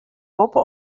boppe